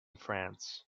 france